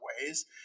ways